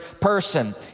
Person